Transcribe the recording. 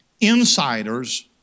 insiders